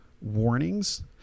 warnings